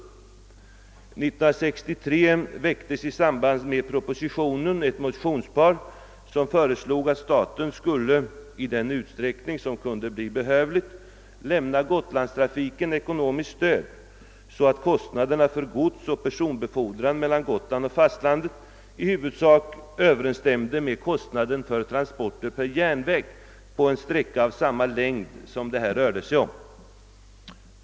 1963 väcktes i samband med propositionen ett motionspar vari föreslogs att staten i den utsträckning som kunde bli behövlig skulle lämna Gotlandstrafiken ekonomiskt stöd, så att kostnaderna för godsoch personbefordran mellan Gotland och fastlandet i huvudsak överensstämde med kostnaden för transport per järnväg på en sträcka av samma längd som det här rörde sig om.